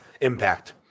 impact